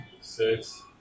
Six